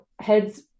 heads